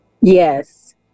Yes